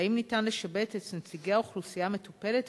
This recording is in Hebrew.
2. האם אפשר לשבץ את נציגי האוכלוסייה המטופלת